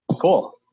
cool